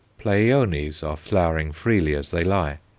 pleiones are flowering freely as they lie.